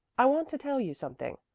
i want to tell you something.